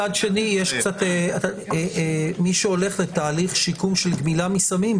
מישהו הולך לתהליך שיקום של גמילה מסמים,